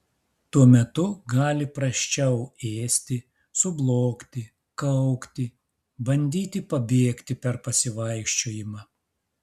tuo metu gali prasčiau ėsti sublogti kaukti bandyti pabėgti per pasivaikščiojimą